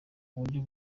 uburyo